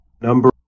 number